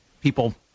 people